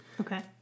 Okay